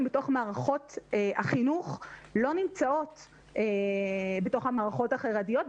בתוך מערכות החינוך לא נמצאת בתוך המערכות החרדיות,